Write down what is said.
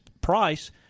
price